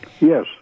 Yes